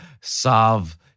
solve